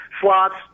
slots